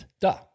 Duh